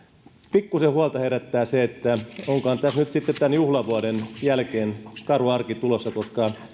pikkuisen huolta herättää se että onkohan tämän juhlavuoden jälkeen karu arki tulossa koska